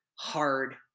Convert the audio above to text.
hard